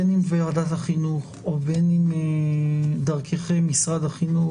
בין אם דרך ועדת החינוך או בין אם דרך משרד החינוך,